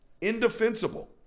indefensible